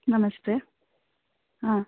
ನಮಸ್ತೆ ಹಾಂ